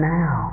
now